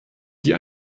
die